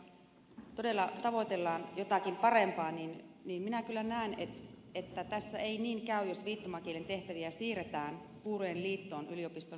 jos uudistuksella todella tavoitellaan jotakin parempaa niin minä kyllä näen että tässä ei niin käy jos viittomakielen tehtäviä siirretään kuurojen liittoon yliopiston sijasta